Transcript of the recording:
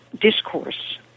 discourse